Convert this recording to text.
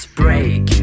break